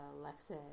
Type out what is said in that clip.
Alexa